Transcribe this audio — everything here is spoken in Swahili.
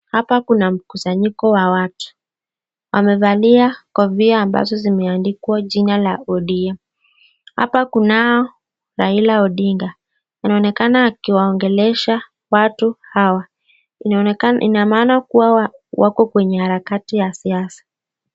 Hapa kuna mkusanyiko wa watu. Wamevalia kofia ambazo zimeandikwa jina la ODM. Hapa kunao Raila Odinga, anaonekana akiwaongelesha watu hawa. Ina maana kuwa wako kwenye harakati ya siasa.